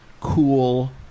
cool